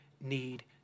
need